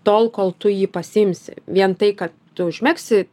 tol kol tu jį pasiimsi vien tai kad tu užmegsi